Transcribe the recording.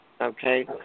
okay